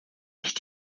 sich